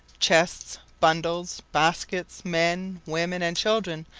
chests, bundles, baskets, men, women, and children,